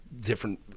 different